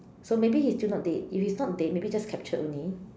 so maybe he's still not dead if he's not dead maybe just captured only